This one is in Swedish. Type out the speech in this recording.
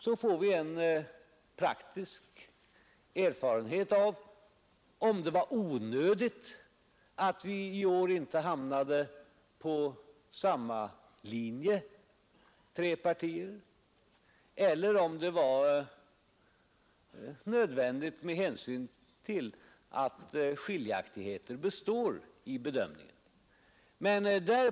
Då får vi praktisk erfarenhet av om det var onödigt att i år inte tre partier hamnade på samma linje, eller om det var nödvändigt med hänsyn till att skiljaktigheter består i bedömningen.